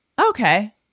Okay